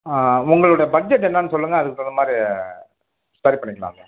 ஆ உங்களுடைய பட்ஜெட்டு என்னென்னு சொல்லுங்கள் அதுக்கு தகுந்த மாதிரி சரி பண்ணிக்கலாம் சார்